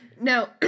No